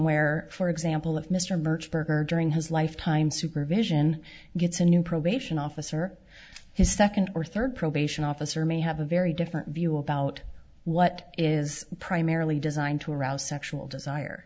where for example if mr merchant record during his lifetime supervision gets a new probation officer his second or third probation officer may have a very different view about what is primarily designed to arouse sexual